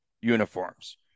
uniforms